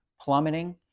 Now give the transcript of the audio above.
plummeting